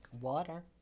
Water